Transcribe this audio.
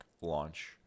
launch